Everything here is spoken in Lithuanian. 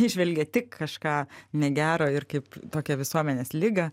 įžvelgia tik kažką negero ir kaip tokią visuomenės ligą